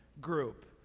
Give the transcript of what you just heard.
group